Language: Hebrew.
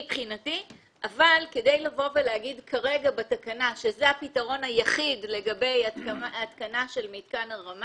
אבל להגיד כרגע בתקנה שזה הפתרון היחיד לגבי התקנה של מתקן הרמה